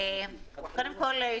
קודם כל,